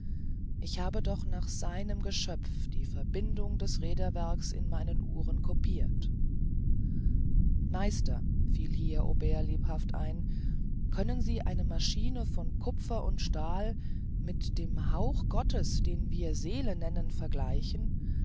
ich doch nach seinem geschöpf die verbindung des räderwerks in meinen uhren copirt meister fiel hier aubert lebhaft ein können sie eine maschine von kupfer und stahl mit dem hauch gottes den wir seele nennen vergleichen